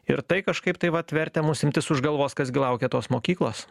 ir tai kažkaip tai vat vertė mus imtis už galvos kas gi laukia tos mokyklos